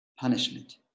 punishment